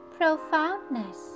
profoundness